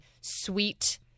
sweet